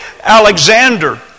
Alexander